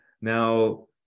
Now